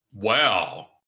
Wow